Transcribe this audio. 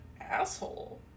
asshole